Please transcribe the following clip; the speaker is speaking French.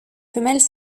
femelles